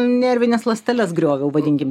nervines ląsteles grioviau vadinkim